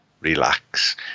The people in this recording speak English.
relax